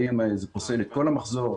האם זה פוסל את כל המחזור.